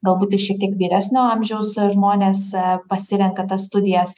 galbūt ir šiek tiek vyresnio amžiaus žmonės pasirenka tas studijas